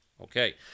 okay